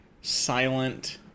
silent